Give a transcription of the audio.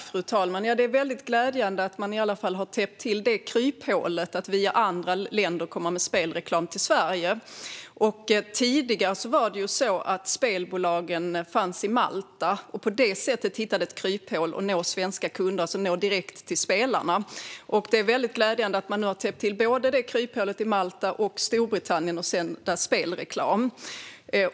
Fru talman! Det är glädjande att man i alla fall har täppt till kryphålet att via andra länder göra spelreklam i Sverige. Tidigare kunde spelbolagen på Malta använda sig av kryphålet för att nå svenska spelare direkt. Det är glädjande att man nu täppt till kryphålet både på Malta och i Storbritannien vad gäller att sända spelreklam.